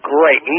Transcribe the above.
Great